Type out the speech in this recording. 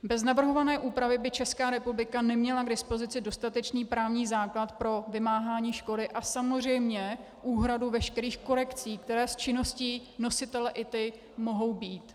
Bez navrhované úpravy by Česká republika neměla k dispozici dostatečný právní základ pro vymáhání škody a samozřejmě úhradu veškerých korekcí, které z činnosti nositele ITI mohou být.